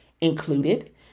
included